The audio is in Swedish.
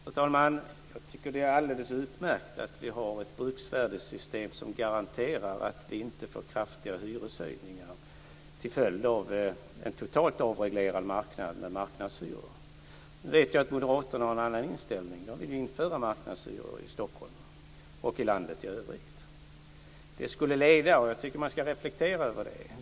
Fru talman! Jag tycker att det är alldeles utmärkt att vi har ett bruksvärdessystem som garanterar att vi inte får kraftiga hyreshöjningar till följd av en totalt avreglerad marknad med marknadshyror. Nu vet jag att moderaterna har en annan inställning. De vill införa marknadshyror i Stockholm och i landet i övrigt.